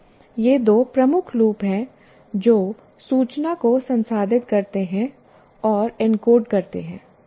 ये दो प्रमुख लूप हैं जो सूचना को संसाधित करते हैं और एन्कोड करते हैं